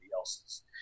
else's